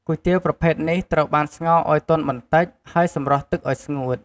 គុយទាវប្រភេទនេះត្រូវបានស្ងោរឱ្យទន់បន្តិច ហើយសម្រស់ទឹកឱ្យស្ងួត។